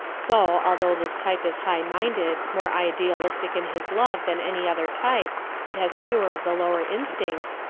so, although this type is high-minded, more idealistic in his love than any other type and has fewer of the lower instincts,